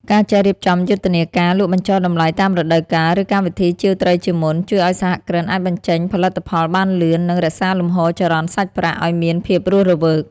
ការចេះរៀបចំយុទ្ធនាការលក់បញ្ចុះតម្លៃតាមរដូវកាល ឬកម្មវិធីជាវត្រីជាមុន ជួយឱ្យសហគ្រិនអាចបញ្ចេញផលិតផលបានលឿន និងរក្សាលំហូរចរន្តសាច់ប្រាក់ឱ្យមានភាពរស់រវើក។